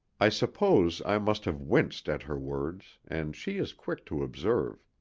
i suppose i must have winced at her words, and she is quick to observe.